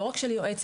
לא רק של יועצת.